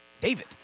David